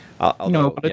No